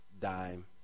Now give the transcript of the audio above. dime